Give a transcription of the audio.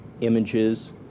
images